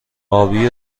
آبی